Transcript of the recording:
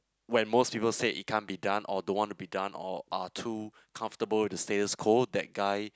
when most people said it can't be done or don't want to be done or are too comfortable the status quo that guy